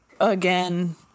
again